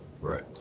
Right